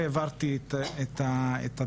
וצריך לאזן את זה מול הפרטיות והשיחזור